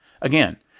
Again